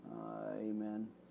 Amen